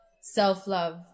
self-love